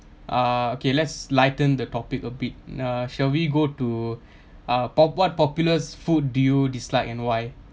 uh okay let's lighten the topic a bit uh shall we go to uh pop~ what popular food do you dislike and why